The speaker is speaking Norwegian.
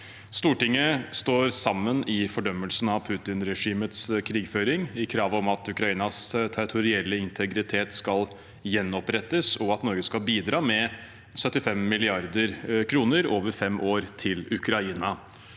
Stortinget står sammen i fordømmelsen av Putin-regimets krigføring, i kravet om at Ukrainas territorielle integritet skal gjenopprettes, og at Norge skal bidra med 75 mrd. kr over fem år til Ukraina.